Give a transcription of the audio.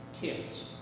kids